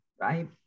right